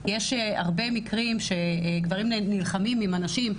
יש הרבה מקרים שגברים נלחמים עם הנשים,